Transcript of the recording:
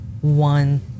one